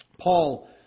Paul